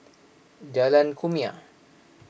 Jalan Kumia